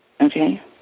Okay